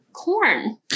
Corn